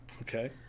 Okay